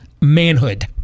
manhood